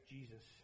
Jesus